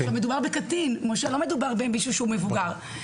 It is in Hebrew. מדובר בקטין, לא מדובר במישהו שהוא מבוגר.